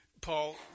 Paul